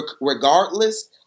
regardless